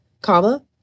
comma